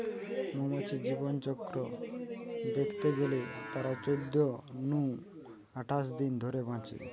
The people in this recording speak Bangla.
মৌমাছির জীবনচক্র দ্যাখতে গেলে তারা চোদ্দ নু আঠাশ দিন ধরে বাঁচে